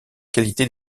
qualités